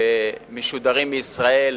שמשודרים מישראל,